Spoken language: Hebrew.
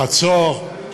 חצור,